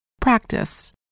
Practice